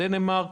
דנמרק